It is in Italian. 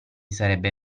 sarebbe